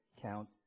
count